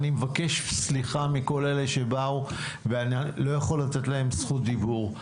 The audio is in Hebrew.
אני מבקש סליחה מכל אלה שבאו ואני לא יכול לתת להם זכות דיבור,